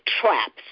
Traps